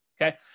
okay